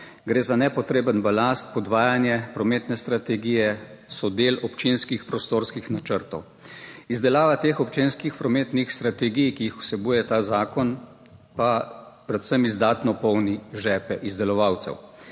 Gre za nepotreben balast, podvajanje prometne strategije, so del občinskih prostorskih načrtov. Izdelava teh občinskih prometnih strategij, ki jih vsebuje ta zakon, pa predvsem izdatno polni žepe izdelovalcev.